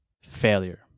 Failure